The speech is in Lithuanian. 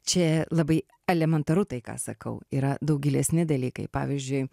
čia labai elementaru tai ką sakau yra daug gilesni dalykai pavyzdžiui